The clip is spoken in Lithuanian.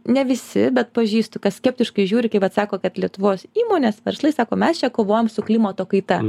ne visi bet pažįstu kas skeptiškai žiūri kai vat sako kad lietuvos įmonės verslai sako mes čia kovojam su klimato kaita